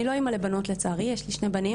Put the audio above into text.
אני אמא לשני בנים,